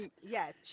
Yes